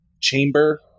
chamber